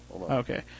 Okay